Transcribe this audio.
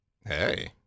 Hey